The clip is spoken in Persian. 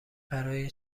برای